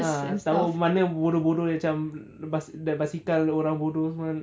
ah tahu mana bodoh bodoh yang macam basikal orang bodoh